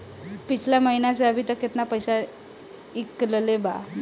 पिछला महीना से अभीतक केतना पैसा ईकलले बानी?